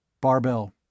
Barbell